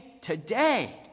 today